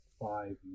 five